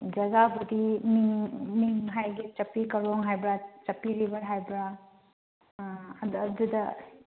ꯖꯒꯥꯕꯨꯗꯤ ꯃꯤꯡ ꯃꯤꯡ ꯍꯥꯏꯒꯦ ꯆꯛꯄꯤ ꯀꯥꯔꯣꯡ ꯍꯥꯏꯕ꯭ꯔ ꯆꯛꯄꯤ ꯔꯤꯚꯔ ꯍꯥꯏꯕ꯭ꯔ ꯑꯗ ꯑꯗꯨꯨꯗ